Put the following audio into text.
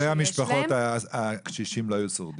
אילולא המשפחות, הקשישים לא היו שורדים.